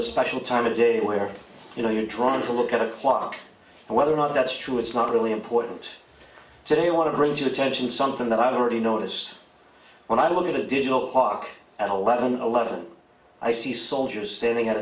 a special time a day where you know you're trying to look at a clock and whether or not that's true it's not really important today i want to bring to attention something that i've already noticed when i look at a digital clock at all been eleven i see soldiers standing at